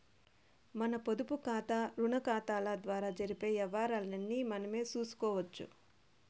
మన పొదుపుకాతా, రుణాకతాల ద్వారా జరిపే యవ్వారాల్ని మనమే సూసుకోవచ్చు